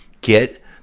Get